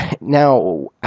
Now